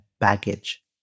baggage